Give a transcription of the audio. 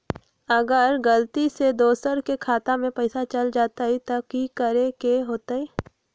अगर गलती से दोसर के खाता में पैसा चल जताय त की करे के होतय?